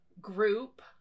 group